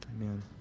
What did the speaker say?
Amen